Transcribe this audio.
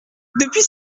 depuis